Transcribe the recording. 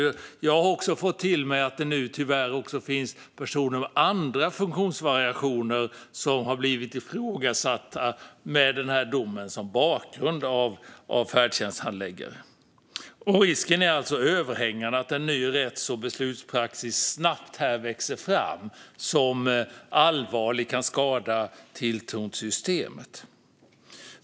Jag har fått höra att det nu tyvärr också finns personer med andra funktionsvariationer som har blivit ifrågasatta av färdtjänsthandläggare med den här domen som bakgrund. Risken är alltså överhängande att en ny rätts och beslutspraxis snabbt växer fram som allvarligt kan skada tilltron till systemet.